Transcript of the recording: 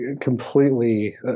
completely